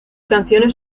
canciones